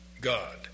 God